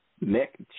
Nick